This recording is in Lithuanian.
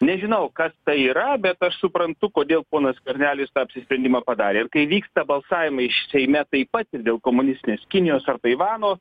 nežinau kas tai yra bet aš suprantu kodėl ponas skvernelis tą apsisprendimą padarė kai vyksta balsavimai seime taip pat ir dėl komunistinės kinijos ar taivano